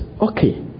Okay